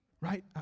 right